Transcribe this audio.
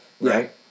Right